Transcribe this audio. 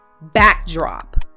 backdrop